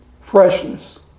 Freshness